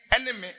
enemy